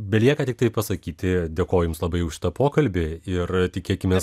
belieka tiktai pasakyti dėkoju jums labai už tą pokalbį ir tikėkimės